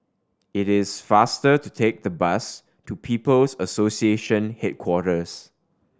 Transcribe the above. it is faster to take the bus to People's Association Headquarters